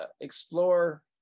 explore